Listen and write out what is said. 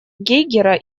гейгера